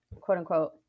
quote-unquote